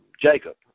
Jacob